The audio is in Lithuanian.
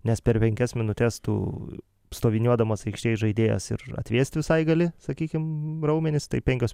nes per penkias minutes tu stoviniuodamas aikštėj žaidėjas ir atvėst visai gali sakykim raumenis tai penkios